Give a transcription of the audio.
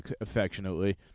affectionately